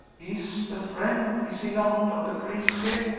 he is the friend is he not of the priest here,